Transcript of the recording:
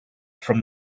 from